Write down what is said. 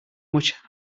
much